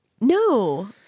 No